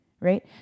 Right